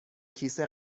کیسه